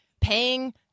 paying